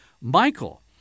Michael